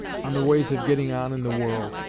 on the ways of getting on in the world,